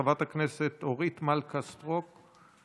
חברת הכנסת אורית מלכה סטרוק,